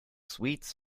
sweets